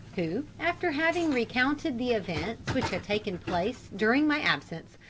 who, after having recounted the events which had taken place during my absence,